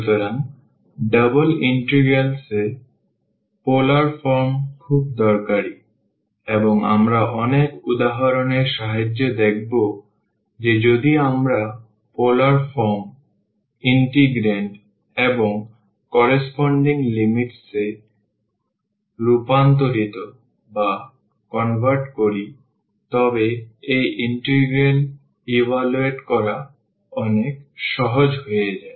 সুতরাং double integrals এ polar form খুব দরকারী এবং আমরা অনেক উদাহরণের সাহায্যে দেখব যে যদি আমরা পোলার ফর্ম ইন্টেগ্র্যান্ড এবং কার্রেসপন্ডিং লিমিটস এ রূপান্তরিত করি তবে এই ইন্টিগ্রাল ইভালুয়েট করা অনেক সহজ হয়ে যায়